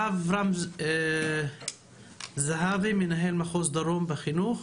רם זהבי, מנהל מחוז דרום במשרד החינוך,